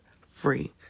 free